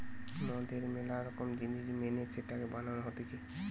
মদের ম্যালা রকম জিনিস মেনে সেটাকে বানানো হতিছে